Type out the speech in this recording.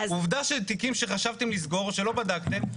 עובדה שתיקים שחשבתם לסגור או שלא בדקתם,